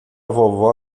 vovó